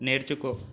నేర్చుకో